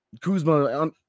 Kuzma